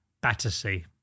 Battersea